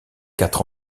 quatre